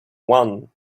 one